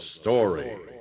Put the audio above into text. story